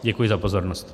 Děkuji za pozornost.